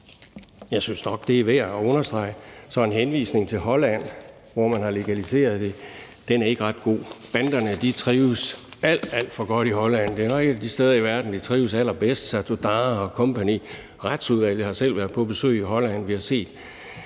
Jeg synes nok, det er værd at understrege. Så en henvisning til Holland, hvor man har legaliseret det, er ikke ret god. Banderne trives alt, alt for godt i Holland. Det er nok et af de steder i verden, hvor de trives allerbedst – Satudarah og co. Retsudvalget har selv været på besøg i Holland.